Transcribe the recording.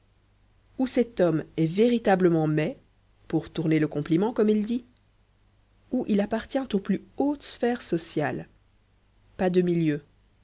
ou cet homme est véritablement mai pour tourner le compliment comme il dit ou il appartient aux plus hautes sphères sociales pas de milieu